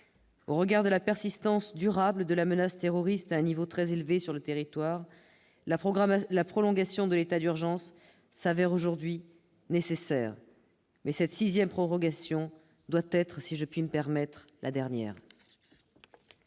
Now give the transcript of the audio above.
Au regard de la persistance durable de la menace terroriste à un niveau très élevé sur notre territoire, la prolongation de l'état d'urgence s'avère être nécessaire. Mais cette sixième prorogation doit être la dernière.